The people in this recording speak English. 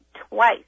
twice